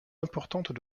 importantes